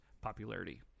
popularity